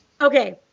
Okay